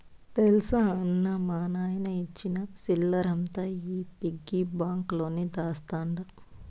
తెల్సా అన్నా, మా నాయన ఇచ్చిన సిల్లరంతా ఈ పిగ్గి బాంక్ లోనే దాస్తండ